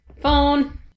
Phone